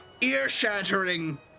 ear-shattering